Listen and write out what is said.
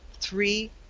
three